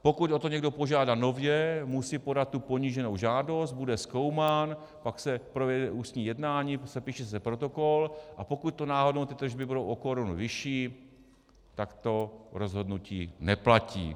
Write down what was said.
Pokud o to někdo požádá nově, musí podat tu poníženou žádost, bude zkoumán, pak se provede ústní jednání, sepíše se protokol, a pokud náhodou ty tržby budou o korunu vyšší, tak to rozhodnutí neplatí.